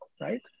right